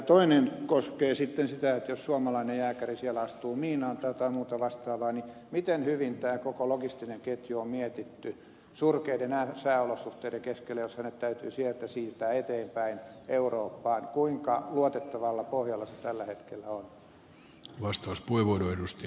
toinen koskee sitä että jos suomalainen jääkäri siellä astuu miinaan tai jotain muuta vastaavaa niin miten hyvin tämä koko logistinen ketju on mietitty surkeiden sääolosuhteiden keskellä jos hänet täytyy sieltä siirtää eteenpäin eurooppaan kuinka luotettavalla pohjalla se tällä hetkellä on